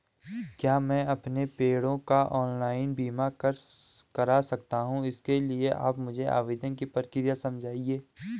क्या मैं अपने पेड़ों का ऑनलाइन बीमा करा सकता हूँ इसके लिए आप मुझे आवेदन की प्रक्रिया समझाइए?